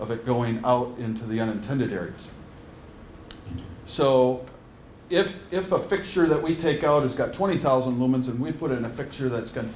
of it going out into the unintended areas so if if a fixture that we take out is got twenty thousand lumens and we put it in a fixture that's go